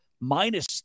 minus